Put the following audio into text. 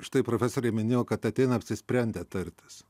štai profesorė minėjo kad ateina apsisprendę tartis